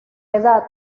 edad